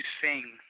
sing